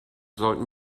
sollten